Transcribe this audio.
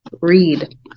read